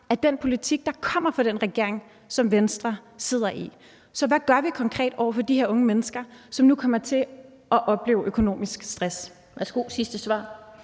af den politik, der kommer fra den regering, som Venstre sidder i. Så hvad gør vi konkret over for de her unge mennesker, som nu kommer til at opleve økonomisk stress? Kl. 15:51 Den